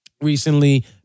recently